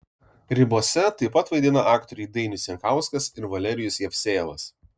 ribose taip pat vaidina aktoriai dainius jankauskas ir valerijus jevsejevas